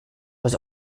was